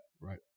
Right